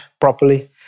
properly